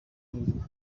lulu